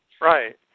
Right